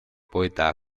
poeta